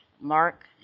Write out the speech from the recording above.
Mark